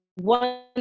one